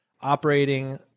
operating